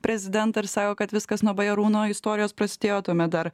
prezidentą ir sako kad viskas nuo bajarūno istorijos prasidėjo tuomet dar